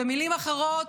במילים אחרות,